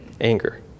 anger